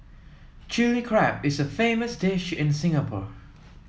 chilli crab is a famous dish in Singapore